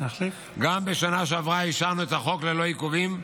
גם בשנה שעברה אישרנו את החוק ללא עיכובים,